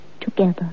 together